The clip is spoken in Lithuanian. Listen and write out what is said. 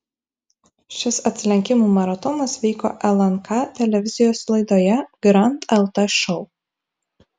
šis atsilenkimų maratonas vyko lnk televizijos laidoje grand lt šou